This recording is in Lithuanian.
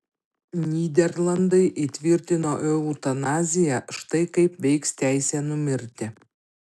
nyderlandai įtvirtino eutanaziją štai kaip veiks teisė numirti